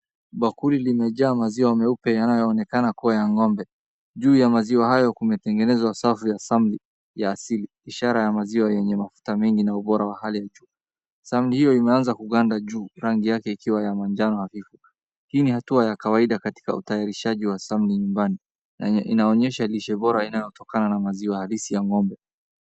Bakuli limejaa maziwa meupe yanayoonekana kuwa ya ng'ombe. Juu ya maziwa hayo kumetengenezwa safu ya samuli ya asili, ishara ya maziwa yenye mafuta mengi na ubora wa hali ya juu. Samuli hiyo imeanza kuganda juu, rangi yake ikiwa ya manjano hafifu. Hii ni hatua ya kawaida katika utayarishaji wa samuli nyumbani. Inaonyesha lishe bora inayotokanana maziwa halisi ya ng'ombe.